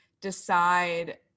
decide